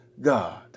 God